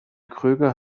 kröger